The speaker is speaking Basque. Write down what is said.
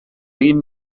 egin